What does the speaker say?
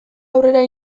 aurrera